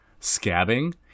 scabbing